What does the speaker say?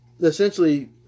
essentially